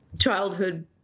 Childhood